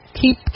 Keep